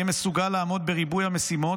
יהיה מסוגל לעמוד בריבוי המשימות,